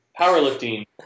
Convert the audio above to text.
powerlifting